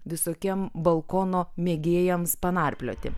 visokiem balkono mėgėjams panarplioti